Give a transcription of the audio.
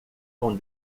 com